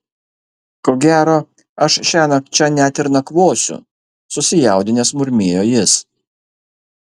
ko gero aš šiąnakt čia net ir nakvosiu susijaudinęs murmėjo jis